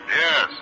Yes